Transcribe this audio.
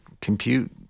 compute